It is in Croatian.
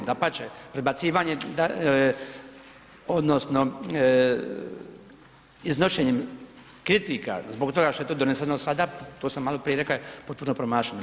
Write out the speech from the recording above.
Dapače, prebacivanje odnosno iznošenjem kritika zbog toga što je to doneseno sada, to sam maloprije rekao, je potpuno promašeno.